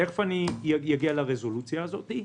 תכף אני אגיע לרזולוציה הזאת.